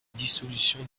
dissolution